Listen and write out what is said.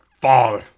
fall